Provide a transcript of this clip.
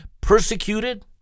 persecuted—